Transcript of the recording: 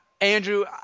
Andrew